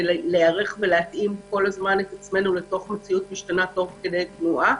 להיערך ולהתאים כל הזמן את עצמו לתוך מציאות משתנה תוך כדי תנועה.